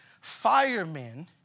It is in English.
Firemen